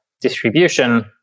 distribution